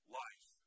life